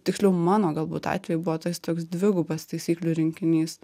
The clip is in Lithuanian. tiksliau mano galbūt atveju buvo tas toks dvigubas taisyklių rinkinys